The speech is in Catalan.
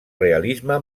realisme